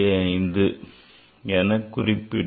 5 எனக் குறிப்பிடுவர்